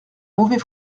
mauvais